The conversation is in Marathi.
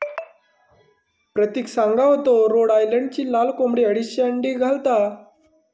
प्रतिक सांगा होतो रोड आयलंडची लाल कोंबडी अडीचशे अंडी घालता